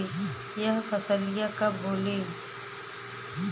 यह फसलिया कब होले?